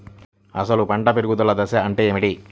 అసలు పంట పెరుగుదల దశ అంటే ఏమిటి?